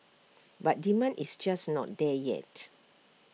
but demand is just not there yet